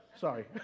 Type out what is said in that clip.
sorry